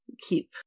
keep